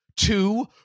Two